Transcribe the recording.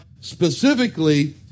specifically